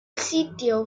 sitio